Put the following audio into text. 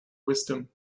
wisdom